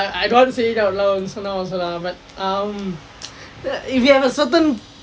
I don't want to say it out loud now also lah um if you have a certain